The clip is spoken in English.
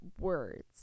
words